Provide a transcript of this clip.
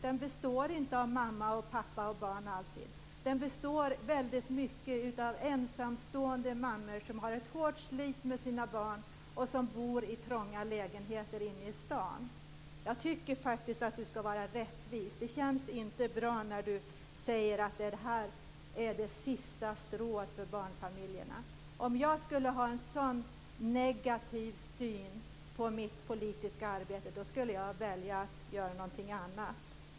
Den består inte alltid av mamma, pappa och barn. Familjen består väldigt ofta av ensamstående mammor som har ett hårt slit med sina barn och som bor i trånga lägenheter inne i stan. Jag tycker faktiskt att Ulf Björklund skall vara rättvis. Det känns inte bra när han säger att detta är det sista strået för barnfamiljerna. Om jag hade en sådan negativ syn på mitt politiska arbete, då skulle jag välja att göra någonting annat.